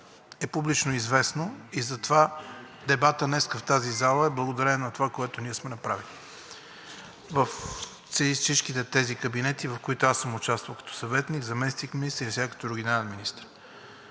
е публично известно. Затова дебатът днес в тази зала е благодарение на това, което ние сме направили във всичките тези кабинети, в които съм участвал като съветник, заместник-министър и сега като регионален министър.